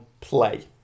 play